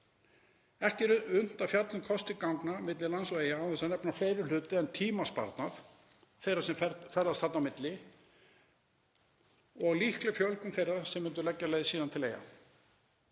Ekki er unnt að fjalla um kosti ganga milli lands og Eyja án þess að nefna fleiri hluti en tímasparnað þeirra sem ferðast þarna á milli og líklega fjölgun þeirra sem myndu leggja leið sína til Eyja.